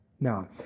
No